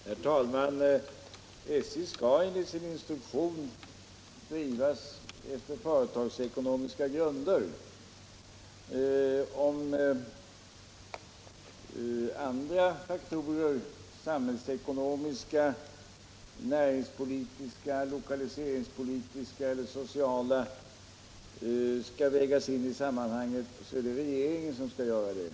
Herr talman! SJ skall enligt sin instruktion drivas efter företagsekonomiska grunder. Om andra faktorer, samhällsekonomiska, näringspolitiska, lokaliseringspolitiska eller sociala, skall vägas in i sammanhanget är det regeringen som skall göra detta.